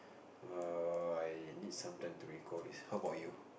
err I need some time to recall this how about you